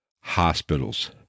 hospitals